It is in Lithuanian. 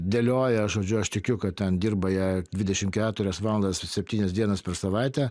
dėlioja žodžiu aš tikiu kad ten dirba jie dvidešimt keturias valandas septynias dienas per savaitę